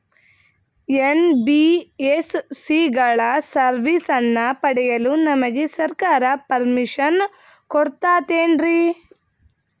NBSC ಗಳ ಸರ್ವಿಸನ್ನ ಪಡಿಯಲು ನಮಗೆ ಸರ್ಕಾರ ಪರ್ಮಿಷನ್ ಕೊಡ್ತಾತೇನ್ರೀ?